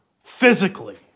physically